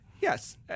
Yes